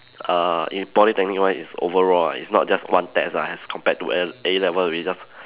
err in Polytechnic one is overall ah it's not just one test ah as compared to A A-level where you just